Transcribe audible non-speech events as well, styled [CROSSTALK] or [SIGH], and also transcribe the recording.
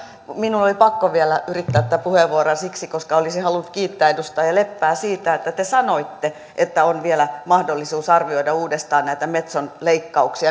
minun oli pakko vielä yrittää tätä puheenvuoroa siksi että olisin halunnut kiittää edustaja leppää siitä että te sanoitte että on vielä mahdollisuus arvioida uudestaan näitä metson leikkauksia [UNINTELLIGIBLE]